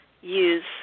use